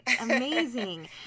Amazing